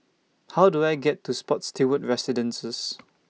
How Do I get to Spottiswoode Residences